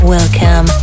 Welcome